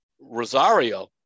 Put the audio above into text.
Rosario